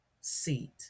seat